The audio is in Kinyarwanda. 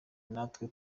natwe